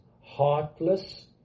heartless